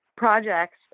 projects